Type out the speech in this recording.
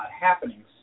happenings